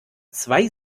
zwei